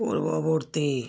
পূর্ববর্তী